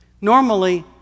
normally